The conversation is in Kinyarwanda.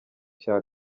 cya